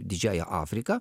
didžiąja afrika